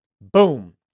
Boom